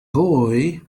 boy